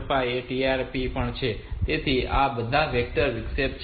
5 અને TRAP પણ છે તેથી આ બધા વેક્ટર વિક્ષેપ છે